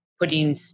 putting